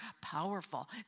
powerful